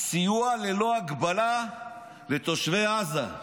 סיוע ללא הגבלה לתושבי עזה.